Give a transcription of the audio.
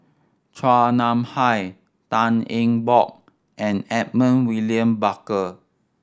Chua Nam Hai Tan Eng Bock and Edmund William Barker